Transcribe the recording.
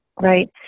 Right